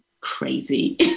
crazy